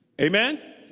Amen